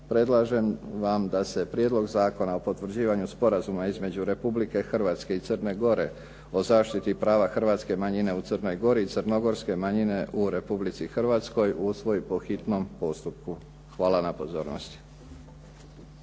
predlažem vam da se prijedlog Zakona o potvrđivanju sporazuma između Republike Hrvatske i Crne Gore o zaštiti prava hrvatske manjine u Crnoj Gori i crnogorske manjine u Republici Hrvatskoj usvoji po hitno postupku. Hvala na pozornosti.